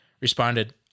responded